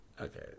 Okay